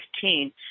fifteen